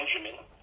Benjamin